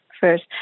first